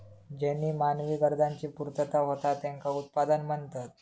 ज्येनीं मानवी गरजांची पूर्तता होता त्येंका उत्पादन म्हणतत